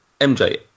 MJ